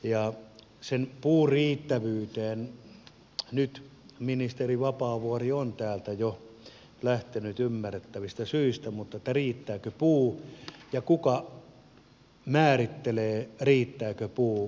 mitä tulee puun riittävyyteen nyt ministeri vapaavuori on täältä jo lähtenyt ymmärrettävistä syistä niin riittääkö puu ja kuka määrittelee riittääkö puu